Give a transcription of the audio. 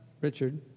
Richard